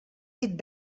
dit